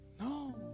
no